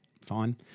fine